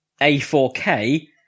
a4k